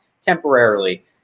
temporarily